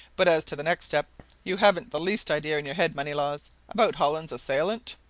but as to the next step you haven't the least idea in your head, moneylaws, about hollins's assailant?